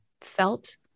felt